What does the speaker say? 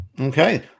Okay